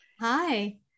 Hi